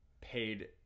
paid